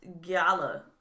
gala